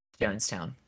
Jonestown